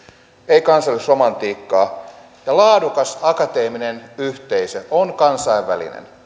ei kansallisromantiikkaa laadukas akateeminen yhteisö on kansainvälinen